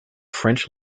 french